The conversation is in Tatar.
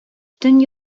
төн